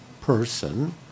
person